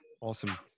Awesome